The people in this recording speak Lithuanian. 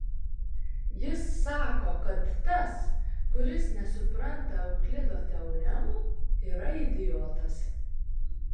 jis sako kad tas kuris nesupranta euklido teoremų yra idiotas